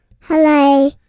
Hello